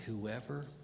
whoever